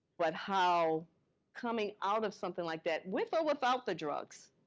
but how coming out of something like that with or without the drugs,